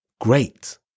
great